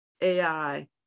AI